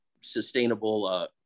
sustainable